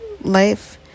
life